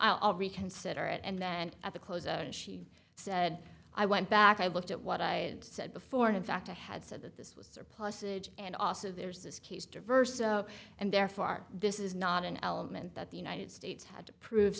i'll reconsider and then at the close and she said i went back i looked at what i said before in fact i had said that this was surplusage and also there's this case diverse and therefore this is not an element that the united states had to prove